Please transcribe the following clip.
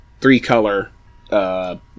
three-color